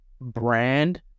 brand